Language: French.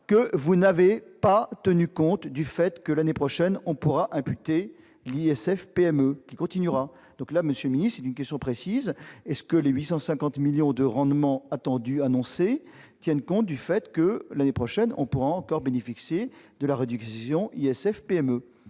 que vous n'avez pas tenu compte du fait que l'année prochaine on pourra imputer l'ISF-PME qui continuera. Monsieur le secrétaire d'État, je vous pose une question précise : les 850 millions d'euros de rendement attendus et annoncés tiennent-ils compte du fait que, l'année prochaine, on pourra encore bénéficier de la réduction ISF-PME ?